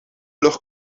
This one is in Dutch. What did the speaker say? lucht